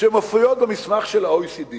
שמופיעות במסמך של ה-OECD